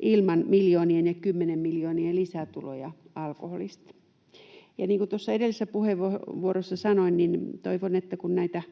ilman miljoonien ja kymmenien miljoonien lisätuloja alkoholista. Niin kuin tuossa edellisessä puheenvuorossa sanoin, niin toivon, että kun näitä